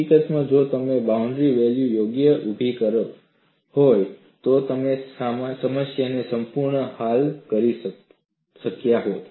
હકીકતમાં જો તમે બાઉન્ડરી વેલ્યુ યોગ્ય રીતે ઉભી કરી હોય તો તમે સમસ્યાને તેની સંપૂર્ણતામાં હલ કરી શક્યા હોત